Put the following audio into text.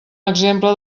exemple